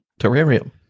Terrarium